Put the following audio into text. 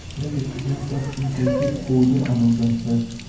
let the children first inculcate order among themselves,